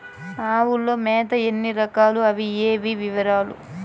ఆవుల మేత ఎన్ని రకాలు? అవి ఏవి? వివరాలు?